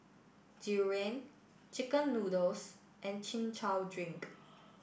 durian Chicken Noodles and Chin Chow Drink